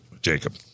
Jacob